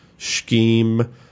Scheme